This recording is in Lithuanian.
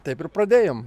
taip ir pradėjom